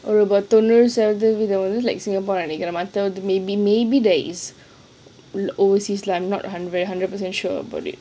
தொண்ணூறு சதா வீதம்:thonnooru satha weetham singapore ல இருக்குறவங்க:la irukkurawanga like maybe there are overseas lah I'm not a hundred a hundred percent sure about it